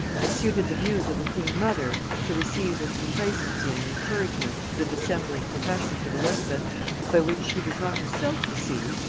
it suited the views of the queen-mother to receive with complacency and encouragement the dissembling professions of elizabeth by which she was not herself deceived,